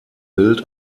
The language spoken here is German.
bild